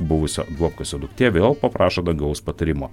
buvusio duobkasio duktė vėl paprašo dangaus patarimo